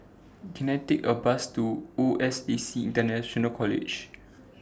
Can I Take A Bus to O S A C International College